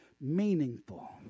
meaningful